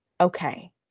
okay